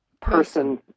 Person